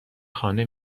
خانه